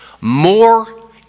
more